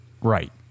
Right